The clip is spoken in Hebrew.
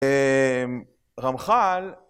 רמח"ל